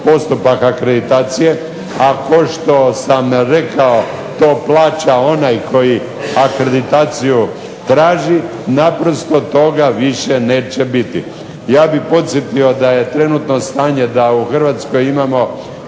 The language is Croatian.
postupaka akreditacije, a kao što sam rekao to plaća onaj koji akreditaciju traži naprosto toga više neće biti. Ja bih podsjetio da je trenutno stanje da u Hrvatskoj imamo